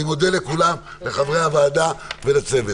אני מודה לכולם, לחברי הוועדה ולצוות.